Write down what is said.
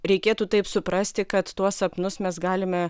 reikėtų taip suprasti kad tuos sapnus mes galime